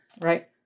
right